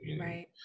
Right